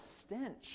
stench